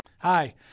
Hi